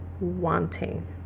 wanting